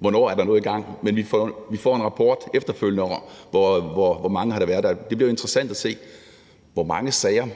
hvornår der er noget i gang, men vi får en rapport efterfølgende om, hvor mange der har været. Det bliver interessant at se, hvor mange sager